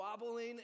wobbling